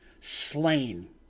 slain